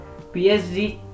PSG